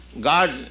God